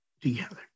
together